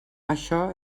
això